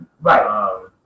Right